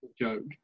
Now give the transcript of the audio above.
Joke